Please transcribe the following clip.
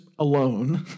alone